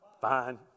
Fine